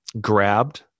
grabbed